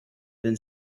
been